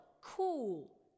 cool